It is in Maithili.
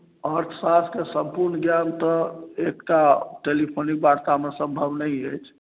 अर्थशास्त्रके सम्पूर्ण ज्ञान तऽ एकटा टेलीफोनिक वार्तामे सम्भव नहि अछि